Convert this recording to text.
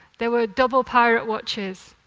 there were double pirate watches.